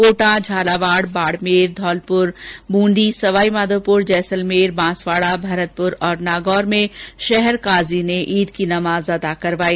कोटा झालावाड़ बाड़मेर धौलपुर बूंदी सवाईमाधोपुर जैसलमेर बांसवाड़ा भरतपुर और नागौर में शहरकाजी ने ईद की नमाज अता करवाई